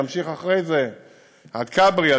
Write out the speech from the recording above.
נמשיך אחרי זה עד כברי,